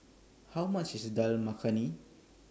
How much IS Dal Makhani